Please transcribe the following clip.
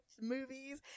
movies